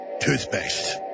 toothpaste